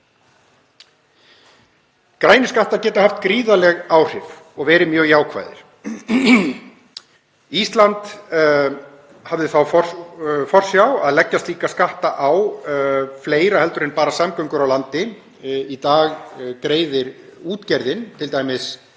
Grænir skattar geta haft gríðarleg áhrif og verið mjög jákvæðir. Ísland hafði þá forsjá að leggja slíka skatta á fleira en bara samgöngur á landi. Í dag greiðir útgerðin t.d.